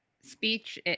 speech